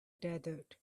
desert